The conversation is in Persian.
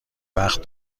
وقت